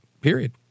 period